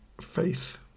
faith